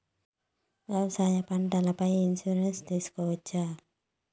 వ్యవసాయ పంటల పై ఇన్సూరెన్సు తీసుకోవచ్చా?